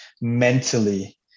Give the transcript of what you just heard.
mentally